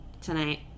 tonight